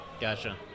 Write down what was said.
Gotcha